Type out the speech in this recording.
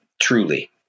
truly